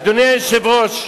אדוני היושב-ראש,